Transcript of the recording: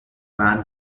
van